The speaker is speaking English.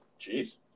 Jeez